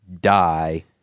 die